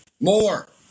More